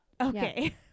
okay